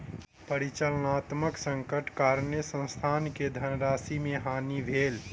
परिचालनात्मक संकटक कारणेँ संस्थान के धनराशि के हानि भेल